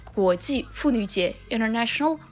国际妇女节,International